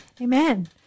Amen